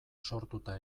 sortuta